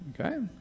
Okay